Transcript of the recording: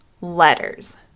letters